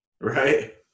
Right